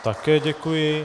Také děkuji.